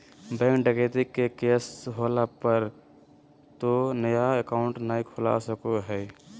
bank डकैती के case होला पर तो नया अकाउंट नय खुला सको हइ